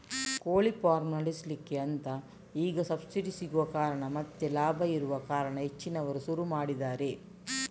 ಕೋಳಿ ಫಾರ್ಮ್ ನಡೆಸ್ಲಿಕ್ಕೆ ಅಂತ ಈಗ ಸಬ್ಸಿಡಿ ಸಿಗುವ ಕಾರಣ ಮತ್ತೆ ಲಾಭ ಇರುವ ಕಾರಣ ಹೆಚ್ಚಿನವರು ಶುರು ಮಾಡಿದ್ದಾರೆ